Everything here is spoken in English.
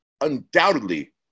undoubtedly